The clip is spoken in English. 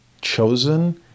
chosen